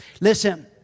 Listen